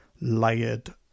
layered